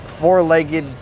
Four-legged